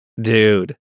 dude